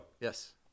Yes